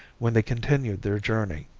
when they continued their journey.